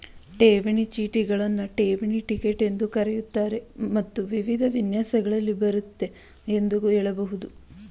ಠೇವಣಿ ಚೀಟಿಗಳನ್ನ ಠೇವಣಿ ಟಿಕೆಟ್ ಎಂದೂ ಕರೆಯುತ್ತಾರೆ ಮತ್ತು ವಿವಿಧ ವಿನ್ಯಾಸಗಳಲ್ಲಿ ಬರುತ್ತೆ ಎಂದು ಹೇಳಬಹುದು